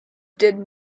did